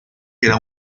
era